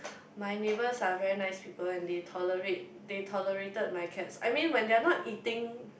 my neighbours are very nice people and they tolerate they tolerated my cats I mean when they are not eating